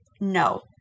no